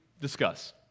discuss